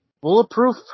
Bulletproof